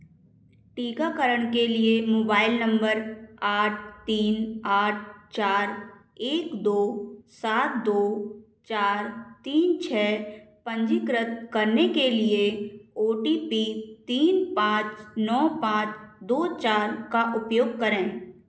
टीकाकरण के लिए मोबाइल नंबर आठ तीन आठ चार एक दो सात दो चार तीन छः पंजीकृत करने के लिए ओ टी पी तीन पाँच नौ पाँच दो चार का उपयोग करें